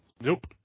Nope